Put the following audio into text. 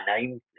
name